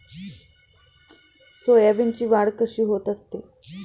सोयाबीनची वाढ कशी होत असते?